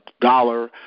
dollar